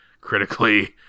critically